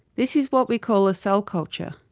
this is what we call cell culture.